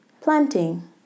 Planting